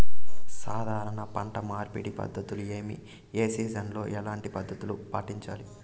సాధారణ పంట మార్పిడి పద్ధతులు ఏవి? ఏ సీజన్ లో ఎట్లాంటి పద్ధతులు పాటించాలి?